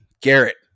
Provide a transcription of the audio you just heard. Garrett